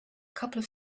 couple